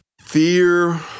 Fear